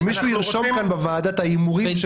טענת העיפרון הנופל,